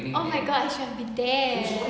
oh my god I should be there